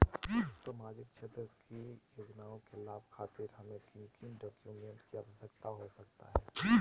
सामाजिक क्षेत्र की योजनाओं के लाभ खातिर हमें किन किन डॉक्यूमेंट की आवश्यकता हो सकता है?